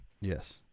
Yes